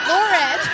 Lauren